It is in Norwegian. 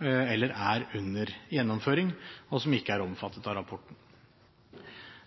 eller er under gjennomføring, og som ikke er omfattet av rapporten.